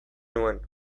nuen